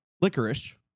Licorice